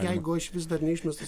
jeigu aš vis dar neišmestas